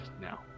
now